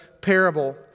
parable